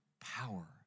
power